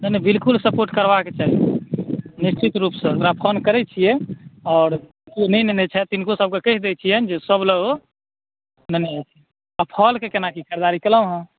नहि नहि बिलकुल सपोर्ट करबाक चाही निश्चित रूपसँ ओकरा फोन करए छिऐ आओर जे नहि लेने छथि तिनको सभके कहि दै छिअनि जे सभ लऽ ओ आ फलक कोना की खरीदारी केलहुँ हंँ